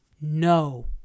No